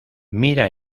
mira